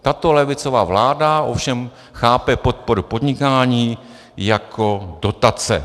Tato levicová vláda ovšem chápe podporu podnikání jako dotace.